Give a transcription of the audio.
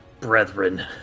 brethren